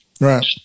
Right